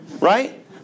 Right